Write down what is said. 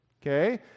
okay